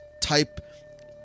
type